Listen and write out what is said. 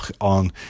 on